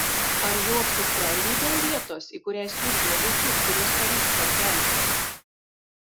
ar jau apsisprendei dėl vietos į kurią siusime visus kuriuos pavyks perkelti